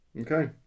Okay